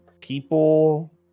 People